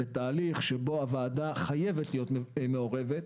בתהליך שבו הוועדה חייבת להיות מעורבת,